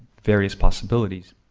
various possibilities.